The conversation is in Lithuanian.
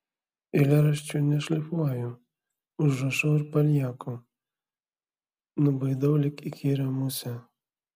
eilėraščių nešlifuoju užrašau ir palieku nubaidau lyg įkyrią musę